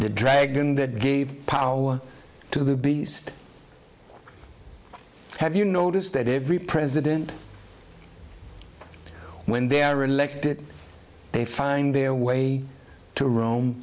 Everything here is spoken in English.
the dragon that gave power to the beast have you noticed that every president when they're elected they find their way to ro